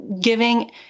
giving